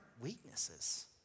weaknesses